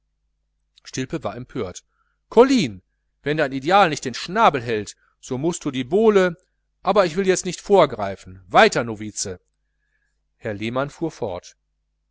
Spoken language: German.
stilpe war empört colline wenn dein ideal nicht den schnabel hält mußt du die bowle aber ich will nicht vorgreifen weiter novize herr lehmann fuhr fort